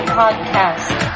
podcast